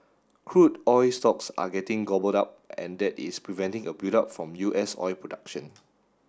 crude oil stocks are getting gobbled up and that is preventing a buildup from U S oil production